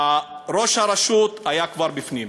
ראש הרשות היה כבר בפנים.